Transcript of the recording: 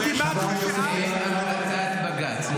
אין החלטת בג"ץ.